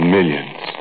Millions